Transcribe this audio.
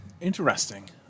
Interesting